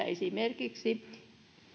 esimerkiksi